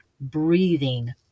breathing